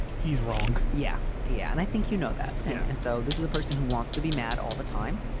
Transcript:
he's wrong yeah. yeah. and i think you know that. and so this is a person who wants to be mad all the time.